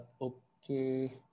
Okay